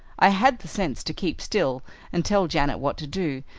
i had the sense to keep still and tell janet what to do,